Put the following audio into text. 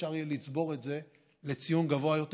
אפשר יהיה לצבור את זה לציון גבוה יותר.